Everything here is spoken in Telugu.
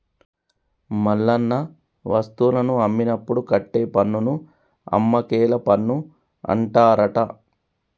మల్లన్న వస్తువులను అమ్మినప్పుడు కట్టే పన్నును అమ్మకేల పన్ను అంటారట